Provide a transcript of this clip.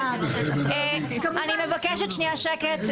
אני מבקשת שנייה שקט.